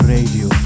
Radio